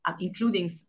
including